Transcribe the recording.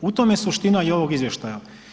U tome je suština i ovog izvještaja.